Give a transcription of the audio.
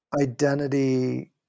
identity